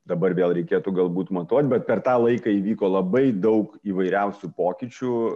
dabar vėl reikėtų galbūt matuot bet per tą laiką įvyko labai daug įvairiausių pokyčių